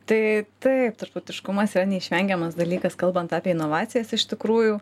tai taip tarptautiškumas yra neišvengiamas dalykas kalbant apie inovacijas iš tikrųjų